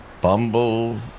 Bumble